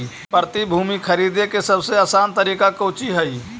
प्रतिभूति खरीदे के सबसे आसान तरीका कउची हइ